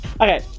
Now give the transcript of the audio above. Okay